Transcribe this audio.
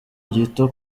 gito